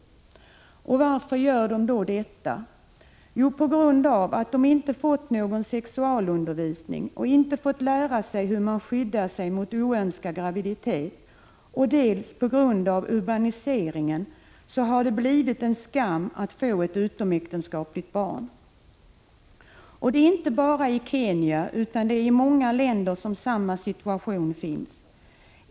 Och varför gör de då detta? Jo, dels på grund av att de inte fått någon sexualundervisning och inte fått lära sig hur man skyddar sig mot oönskad graviditet, dels på grund av att det genom urbaniseringen har blivit en skam att få ett utomäktenskapligt barn. Och det är inte bara i Kenya utan i många länder som samma situation råder.